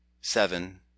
seven